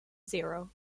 zero